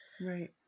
Right